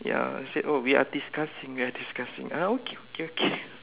ya and said oh we are discussing we are discussing ah okay okay okay